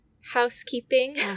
housekeeping